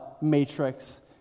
Matrix